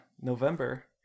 November